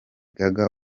gaga